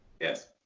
Yes